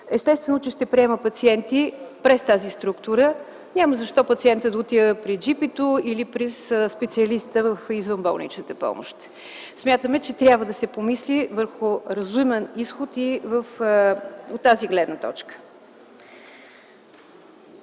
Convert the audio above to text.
естествено че ще приема пациенти през тази структура. Няма защо пациентът да отива при джипито или при специалиста в извънболничната помощ. Смятаме, че трябва да се помисли върху разумен изход от тази гледна точка.